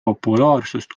populaarsust